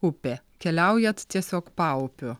upė keliaujat tiesiog paupiu